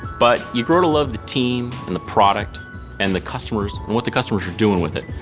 but you grow to love the team and the product and the customers and what the customers are doing with it.